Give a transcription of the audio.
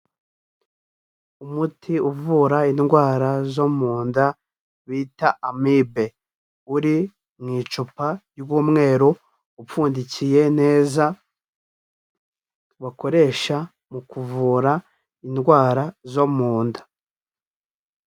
Umuti uvura indwara zo mu nda bita Amibe, uri mu icupa ry'umweru upfundikiye neza bakoresha mu kuvura indwara zo mu nda.